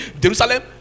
Jerusalem